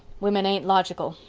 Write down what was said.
women ain't logical.